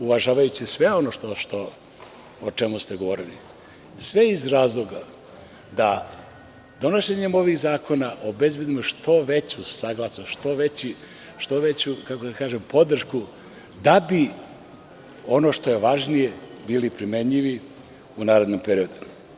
Uvažavajući sve ono o čemu ste govorili, sve iz razloga da donošenjem ovih zakona obezbedimo što veću podršku da bi ono što je važno bilo primenljivo u narednom periodu.